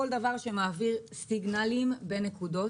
כל דבר שמעביר סיגנלים בנקודות.